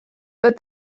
but